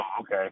Okay